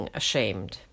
ashamed